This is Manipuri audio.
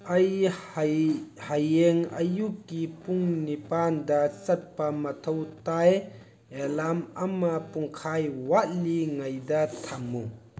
ꯑꯩ ꯍꯌꯦꯡ ꯑꯌꯨꯛꯀꯤ ꯄꯨꯡ ꯅꯤꯄꯥꯟꯗ ꯆꯠꯄ ꯃꯊꯧ ꯇꯥꯏ ꯑꯦꯂꯥꯔꯝ ꯑꯃ ꯄꯨꯡꯈꯥꯏ ꯋꯥꯠꯂꯤꯉꯩꯗ ꯊꯝꯃꯨ